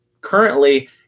currently